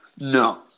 No